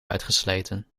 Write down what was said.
uitgesleten